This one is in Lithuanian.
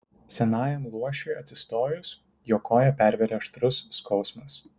senajam luošiui atsistojus jo koją pervėrė aštrus skausmas